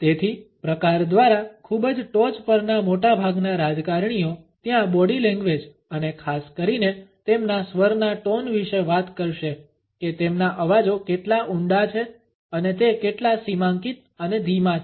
તેથી પ્રકાર દ્વારા ખૂબ જ ટોચ પરના મોટાભાગના રાજકારણીઓ ત્યાં બોડી લેંગ્વેજ અને ખાસ કરીને તેમના સ્વરના ટોન વિશે વાત કરશે કે તેમના અવાજો કેટલા ઊંડા છે અને તે કેટલા સીમાંકિત અને ધીમા છે